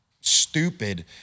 stupid